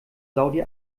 saudi